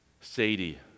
Sadie